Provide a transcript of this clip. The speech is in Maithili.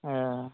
ओ